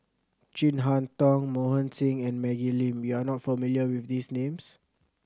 Chin Harn Tong Mohan Singh and Maggie Lim you are not familiar with these names